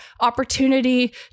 opportunity